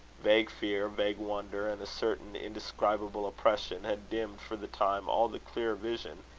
vague fear, vague wonder, and a certain indescribable oppression, had dimmed for the time all the clearer vision,